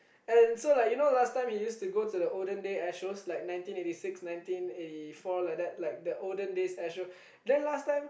and so like you know last time he used to go to the olden day air shows like nineteen eighty six nineteen eighty four like that like the olden airshow